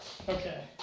Okay